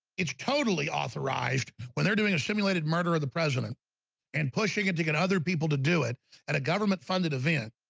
it's totally authorized when they're doing a simulated murder of the president and pushing it to get other people to do it at a government-funded event,